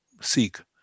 seek